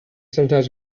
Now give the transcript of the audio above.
sometimes